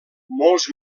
molts